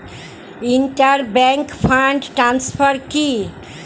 Inter bank fund transfer কি?